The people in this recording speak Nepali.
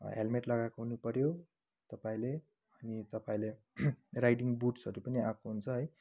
हेलमेट लगाएको हुनुपर्यो तपाईँले अनि तपाईँले राइडिङ बुट्सहरू पनि आएको हुन्छ है